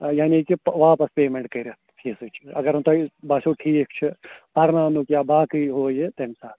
یعنی کہِ واپَس پیمٮ۪نٛٹ کٔرِتھ فیٖسٕچ اگر نہٕ تۄہہِ باسیو ٹھیٖک چھُ پَرناونُک یا باقٕے ہُہ یہِ تَمہِ ساتہٕ